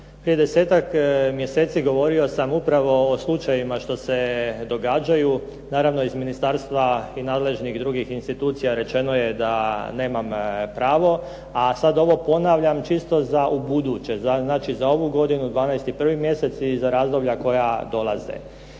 Prije desetak mjeseci govorio sam upravo o slučajevima što se događaju, naravno iz ministarstva i nadležnih drugih institucija rečeno je da nemam pravo, a sad ovo ponavljam čisto za ubuduće, znači za ovu godinu 12. i 1. mjesec i za razdoblja koja dolaze.